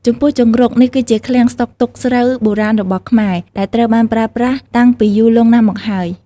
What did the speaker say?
ចំពោះជង្រុក នេះគឺជាឃ្លាំងស្តុកទុកស្រូវបុរាណរបស់ខ្មែរ ដែលត្រូវបានប្រើប្រាស់តាំងពីយូរលង់ណាស់មកហើយ។